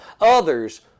Others